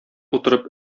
утырып